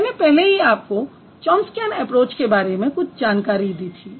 मैंने पहले ही आपको चौंम्स्क्यान ऐप्रोच के बारे में कुछ जानकारी दी थी